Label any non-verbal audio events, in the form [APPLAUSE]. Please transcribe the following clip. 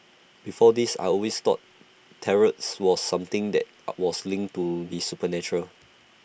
before this I always thought Tarots was something that [HESITATION] was linked to the supernatural